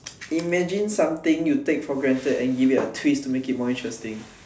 imagine something you take for granted and give it a twist to make it more interesting